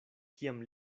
kiam